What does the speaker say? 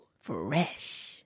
Fresh